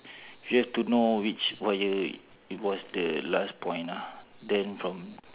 you have to know which wire was the last point ah then from